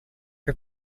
for